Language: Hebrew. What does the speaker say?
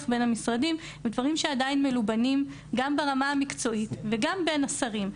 בין המשרדים זה דברים שעדיין מלובנים גם ברמה המקצועית וגם בין השרים.